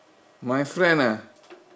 my friend ah